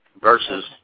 versus